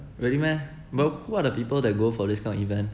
really meh but who are the people that go for this kind of event